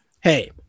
hey